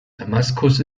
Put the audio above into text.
damaskus